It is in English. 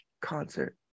concert